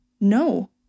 No